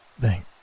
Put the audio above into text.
Thank